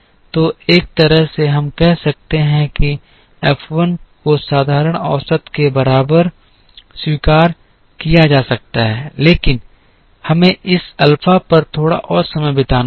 तो एक तरह से हम कह सकते हैं कि एफ 1 को साधारण औसत के बराबर स्वीकार किया जा सकता है लेकिन हमें इस अल्फा पर थोड़ा और समय बिताना होगा